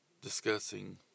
discussing